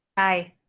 aye.